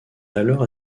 alors